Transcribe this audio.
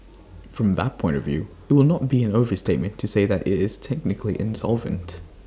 from that point of view IT would not be an overstatement to say that IT is technically insolvent